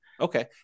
Okay